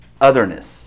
otherness